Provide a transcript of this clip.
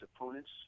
opponents